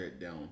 down